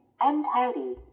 untidy